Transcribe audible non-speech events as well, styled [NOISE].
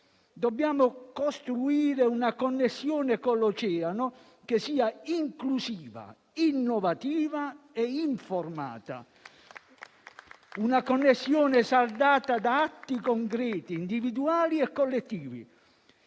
Dobbiamo costruire una connessione con l'oceano che sia inclusiva, innovativa e informata. [APPLAUSE] una connessione saldata da atti concreti, individuali e collettivi.